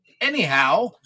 Anyhow